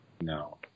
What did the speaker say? no